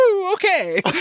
Okay